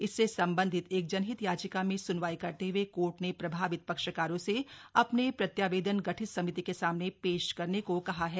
इससे संबंधित एक जनहित याचिका में सुनवाई करते हुए कोर्ट ने प्रभावित पक्षकारों से अपने प्रत्यावेदन गठित समिति के सामने पेश करने को कहा है